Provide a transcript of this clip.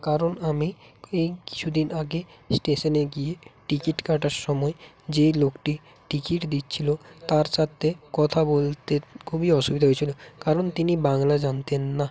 কারণ আমি এই কিছু দিন আগে স্টেশনে গিয়ে টিকিট কাটার সময় যে লোকটি টিকিট দিচ্ছিল তার সাথে কথা বলতে খুবই অসুবিধা হয়েছিল কারণ তিনি বাংলা জানতেন না